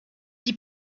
die